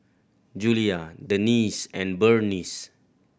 Julia Denese and Burnice